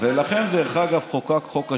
ולכן, דרך אגב, חוקק חוק השבות.